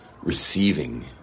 receiving